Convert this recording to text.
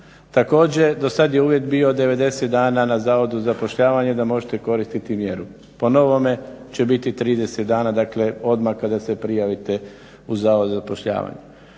Također, dosad je uvijek bio 90 dana na Zavodu za zapošljavanje da možete koristiti mjeru. Po novome će biti 30 dana, dakle odmah kada se prijavite u Zavod za zapošljavanje.